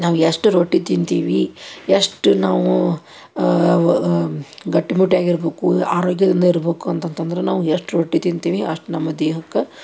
ನಾವು ಎಷ್ಟು ರೊಟ್ಟಿ ತಿಂತೀವಿ ಎಷ್ಟು ನಾವು ಗಟ್ಟಿ ಮುಟ್ಟಾಗಿರ್ಬೇಕು ಆರೋಗ್ಯದಿಂದ ಇರ್ಬೇಕು ಅಂತಂತಂದ್ರೆ ನಾವು ಎಷ್ಟು ರೊಟ್ಟಿ ತಿಂತೀವಿ ಅಷ್ಟು ನಮ್ಮ ದೇಹಕ್ಕೆ